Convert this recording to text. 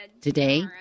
Today